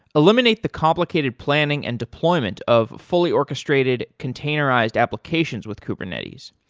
eliminate the complicated planning and deployment of fully orchestrated containerized applications with kubernetes.